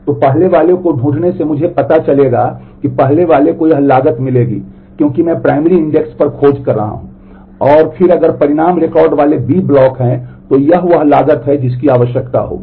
तो पहले वाले को ढूंढने से मुझे पता चलेगा कि पहले वाले को यह लागत मिलेगी क्योंकि मैं प्राइमरी इंडेक्स है जिसकी आवश्यकता होगी